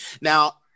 now